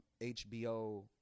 HBO